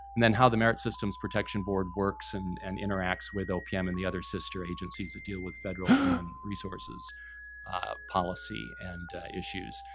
and then how the merit systems protection board works, and and interacts, with opm, and the other sister agencies that deal with federal human resources policy and issues.